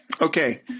Okay